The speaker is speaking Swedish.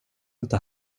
inte